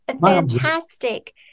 Fantastic